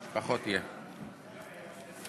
יהיה פחות.